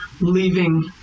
leaving